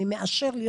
אני מאשר",